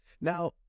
Now